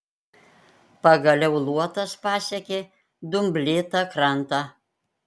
pagaliau luotas pasiekė dumblėtą krantą